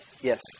Yes